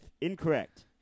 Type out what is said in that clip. Incorrect